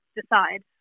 decide